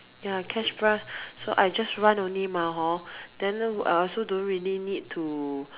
ya cash prize so I just run only mah hor then I also don't really need to